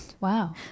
Wow